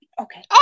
okay